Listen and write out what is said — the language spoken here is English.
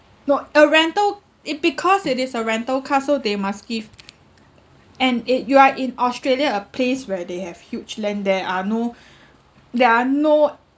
not a rental it because it is a rental car so they must give and it you are in australia a place where they have huge land there are no there are no